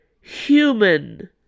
human